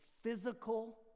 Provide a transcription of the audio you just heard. physical